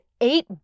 eight